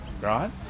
right